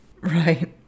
Right